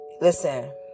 Listen